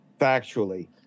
factually